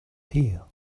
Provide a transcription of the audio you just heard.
here